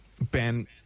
Ben